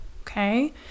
okay